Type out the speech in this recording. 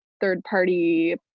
third-party